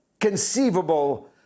conceivable